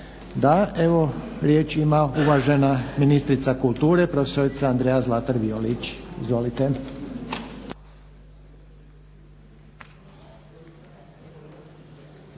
Da. Evo riječ ima uvažena ministrica kulture, prof. Andrea Zlatar Violić. Izvolite.